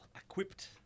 equipped